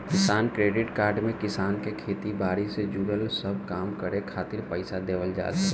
किसान credit card में किसान के खेती बारी से जुड़ल सब काम करे खातिर पईसा देवल जात बा